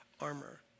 armor